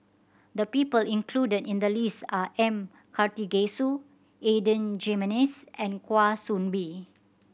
the people included in the list are M Karthigesu Adan Jimenez and Kwa Soon Bee